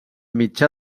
mitjà